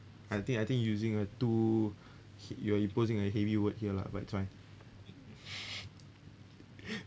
I think I think using a too h~ you are posing a heavy word here lah but it's fine